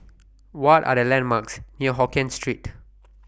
What Are The landmarks near Hokien Street